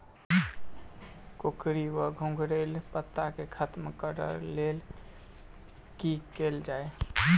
कोकरी वा घुंघरैल पत्ता केँ खत्म कऽर लेल की कैल जाय?